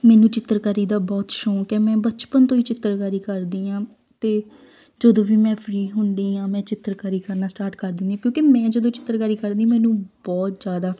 ਮੈਨੂੰ ਚਿੱਤਰਕਾਰੀ ਦਾ ਬਹੁਤ ਸ਼ੌਂਕ ਹੈ ਮੈਂ ਬਚਪਨ ਤੋਂ ਹੀ ਚਿੱਤਰਕਾਰੀ ਕਰਦੀ ਹਾਂ ਅਤੇ ਜਦੋਂ ਵੀ ਮੈਂ ਫਰੀ ਹੁੰਦੀ ਹਾਂ ਮੈਂ ਚਿੱਤਰਕਾਰੀ ਕਰਨਾ ਸਟਾਰਟ ਕਰ ਦਿੰਦੀ ਕਿਉਂਕਿ ਮੈਂ ਜਦੋਂ ਚਿੱਤਰਕਾਰੀ ਕਰਦੀ ਮੈਨੂੰ ਬਹੁਤ ਜ਼ਿਆਦਾ